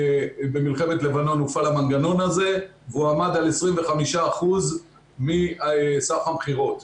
במלחמת לבנון הופעל המנגנון הזה והוא עמד על 25% מסך המכירות.